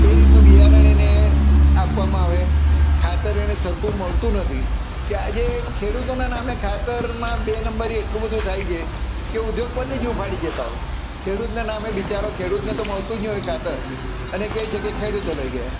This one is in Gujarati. એ રીતનું બિયારણ એને આપવામાં અવે ખાતર એને સરખું મળતું નથી કે આજે ખેડૂતોનાં નામે ખાતરમાં બે નંબરી એટલું બધું થાય છે કે ઉદ્યોગપતિ જ ઉપાડી જતા હોય ખેડૂતનાં નામે બિચારો ખેડૂતને તો મળતું જ નહીં હોય ખાતર અને કહે છે કે ખેડૂતો લઈ ગયા